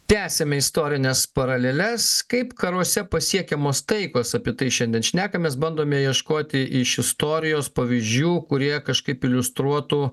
tęsiame istorines paraleles kaip karuose pasiekiamos taikos apie tai šiandien šnekamės bandome ieškoti iš istorijos pavyzdžių kurie kažkaip iliustruotų